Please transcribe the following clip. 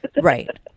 right